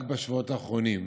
רק בשבועות האחרונים